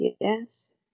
yes